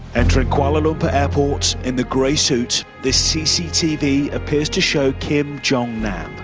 entering kuala lumpur airport in the grey suit, this cctv appears to show kim jong-nam.